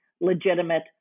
legitimate